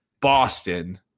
Boston